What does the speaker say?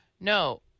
No